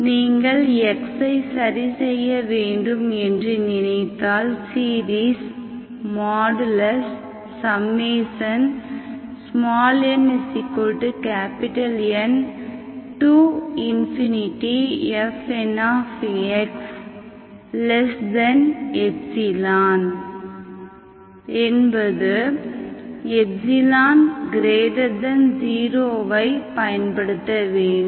நீங்கள் xஐ சரி செய்ய வேண்டும் என்று நினைத்தால் சீரிஸ் nNfnε என்பது ε0 ஐ பயன்படுத்த வேண்டும்